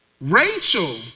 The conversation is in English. Rachel